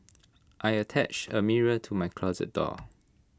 I attached A mirror to my closet door